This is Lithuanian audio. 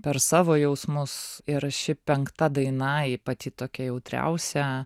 per savo jausmus ir ši penkta daina ji pati tokia jautriausia